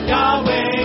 Yahweh